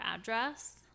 address